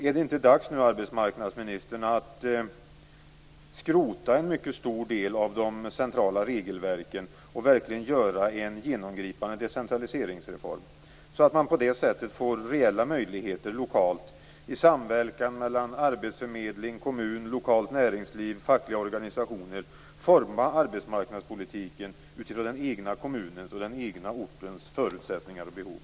Är det inte dags, arbetsmarknadsministern, att skrota en del av de centrala regelverken och verkligen göra en genomgripande decentraliseringsreform? På det sättet blir det reella möjligheter att lokalt i samverkan mellan arbetsförmedling, kommun, lokalt näringsliv och fackliga organisationer forma arbetsmarknadspolitiken utifrån den egna kommunens och ortens förutsättningar och behov.